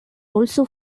also